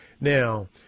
Now